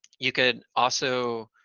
you could also